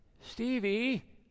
Stevie